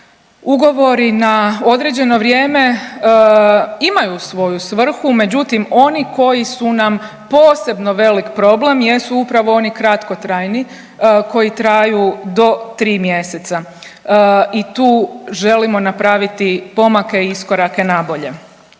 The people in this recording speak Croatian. ugovori na određeno vrijeme imaju svoju svrhu, međutim, oni koji su nam posebno velik problem jesu upravo oni kratkotrajni koji traju do 3 mjeseca i tu želimo napraviti korake i iskorake nabolje.